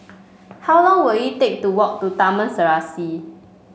how long will it take to walk to Taman Serasi